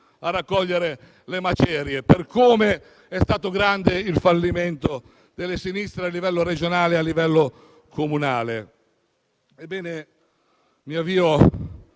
a raccogliere le macerie, per come è stato grande il fallimento delle sinistre a livello regionale e comunale. Mi avvio